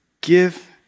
give